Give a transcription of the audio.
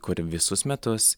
kur visus metus